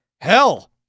Hell